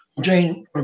Jane